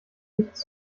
nichts